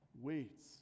waits